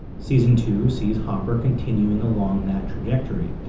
season two sees hopper continuing along that trajectory